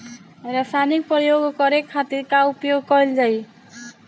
रसायनिक प्रयोग करे खातिर का उपयोग कईल जाइ?